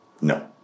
no